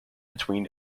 between